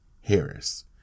Harris